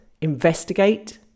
investigate